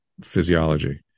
physiology